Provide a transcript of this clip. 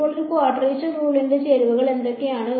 ഇപ്പോൾ ഒരു ക്വാഡ്രേച്ചർ റൂളിന്റെ ചേരുവകൾ എന്തൊക്കെയാണ്